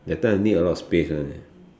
that type need a lot of space [one] eh